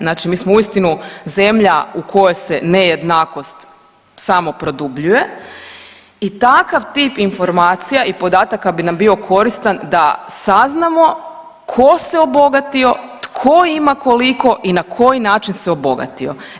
Znači mi smo uistinu zemlja u kojoj se nejednakost samo produbljuje i takav tip informacija i podataka bi nam bio koristan da saznamo tko se obogatio, tko ima koliko i na koji način se obogatio.